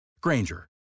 Granger